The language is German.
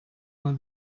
mal